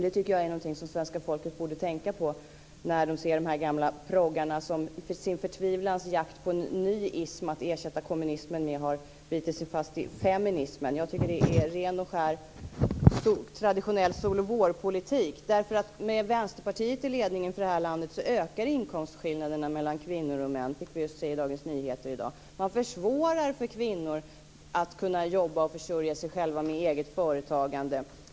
Det tycker jag är någonting som svenska folket borde tänka på när det ser dessa gamla proggare som i sin förtvivlans jakt på en ny ism att ersätta kommunismen med har bitit sig fast i feminismen. Jag tycker att det är ren och skär traditionell solochvårpolitik. Med Vänsterpartiet i ledningen för detta land ökar inkomstskillnaderna mellan kvinnor och män, fick vi just se i Dagens Nyheter i dag. Man försvårar för kvinnor att kunna jobba och försörja sig själva med eget företagande.